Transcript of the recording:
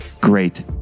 great